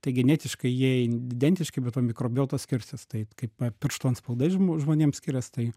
tai genetiškai jie identiški bet va mikrobiota skirsis tai kaip pirštų antspaudai žmo žmonėms skirias tai